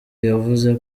yavuze